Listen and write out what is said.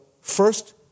first